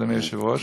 אדוני היושב-ראש,